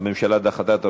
הממשלה דחתה.